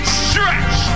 stretch